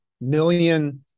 million